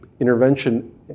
intervention